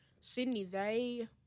Sydney—they